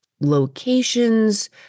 locations